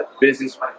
business